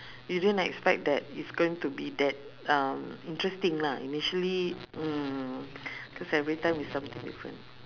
you didn't expect that it's going to be that um interesting lah initially mm cause everytime is something different